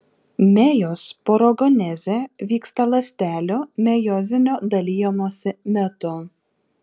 mejosporogenezė vyksta ląstelių mejozinio dalijimosi metu